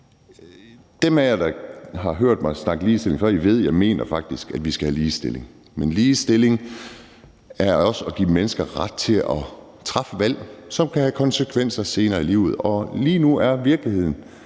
De af jer, der har hørt mig snakke ligestilling før, ved, at jeg faktisk mener, at vi skal have ligestilling, men ligestilling er også at give mennesker ret til at træffe valg, som kan have konsekvenser senere i livet. Og lige nu er virkeligheden,